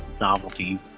novelty